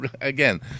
again